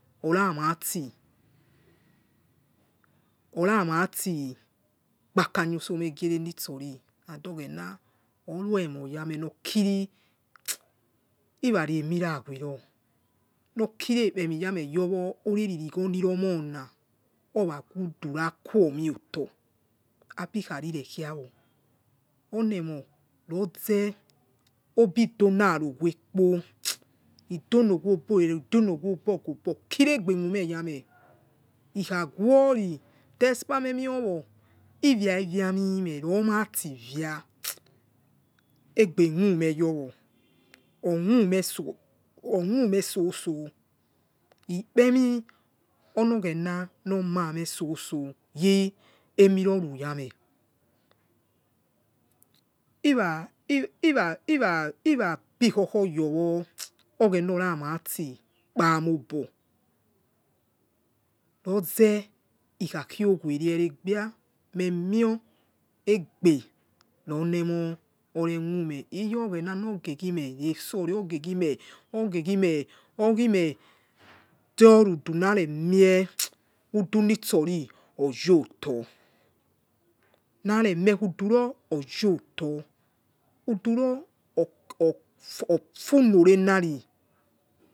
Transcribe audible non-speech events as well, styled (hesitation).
Ireme khi orainati gbakakha owerenio yame lokiri iwa a mira khuero lokiri ekpemi khueoro lokiri ekpemi yame yowo yelagwo lima mola orghu dura kuome oto abi khaare khaiwo ole mon loze ebi dola ero khu kpoidogui borgara idologui obo ogo bo oluru ro yame keri despite mene owo iyamuami me lon matu bia aigbe khume yowo okhueme soso li ole mi loru yame (hesitation) bikho ro wo oghena ora mati kpa mie obo loze ikha ghuwre ere ere gbai me moi oughbe lolo emo rekhu eme iyoghena hoghe giemie resori (unintelligible) uduli son oyo to mare mie udu sosi oyo' oto udu ai ofulo a laci